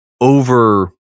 over